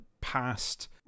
past